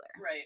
Right